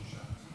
תקשיבו